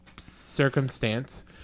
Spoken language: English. circumstance